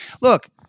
Look